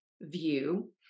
view